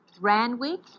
Randwick